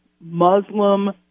Muslim